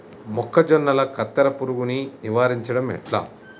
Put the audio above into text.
మొక్కజొన్నల కత్తెర పురుగుని నివారించడం ఎట్లా?